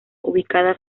ubicada